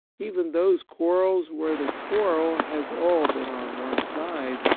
even those quarrels where the quarrel has all been on one side,